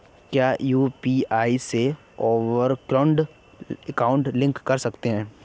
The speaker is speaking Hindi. क्या यू.पी.आई से ओवरड्राफ्ट अकाउंट लिंक कर सकते हैं?